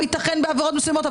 יתכן בעבירות מסוימות,